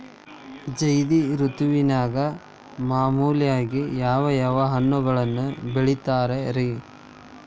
ಝೈದ್ ಋತುವಿನಾಗ ಮಾಮೂಲಾಗಿ ಯಾವ್ಯಾವ ಹಣ್ಣುಗಳನ್ನ ಬೆಳಿತಾರ ರೇ?